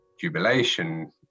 jubilation